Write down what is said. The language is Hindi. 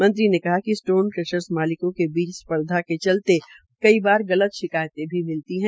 मंत्री ने कहाकि स्टोन क्रशर मालिकों के बीच स्पर्धा के चलते कई बार गलत शिकायतें भी मिलती है